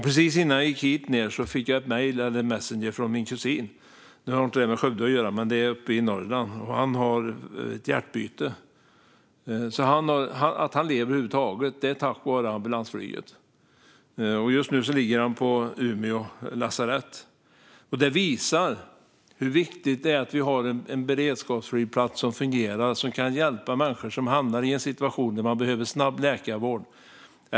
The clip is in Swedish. Precis innan jag gick hit till kammaren fick jag ett meddelande på Messenger från min kusin. Det har inte med Skövde att göra, utan det här är uppe i Norrland. Han har genomgått ett hjärtbyte, och det är tack vare ambulansflyget han lever över huvud taget. Just nu ligger han på Umeå lasarett. Det här visar hur viktigt det är att vi har en beredskapsflygplats som fungerar. Den ska kunna hjälpa människor som hamnar i en situation där man behöver snabb läkarvård.